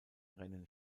rennen